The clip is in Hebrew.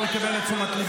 לא עושים את זה בשום מצב,